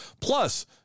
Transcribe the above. plus